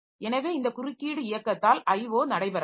எனவே இந்த குறுக்கீடு இயக்கத்தால் IO நடைபெறலாம்